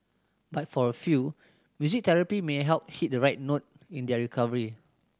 but for a few music therapy may help hit the right note in their recovery